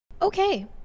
Okay